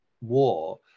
war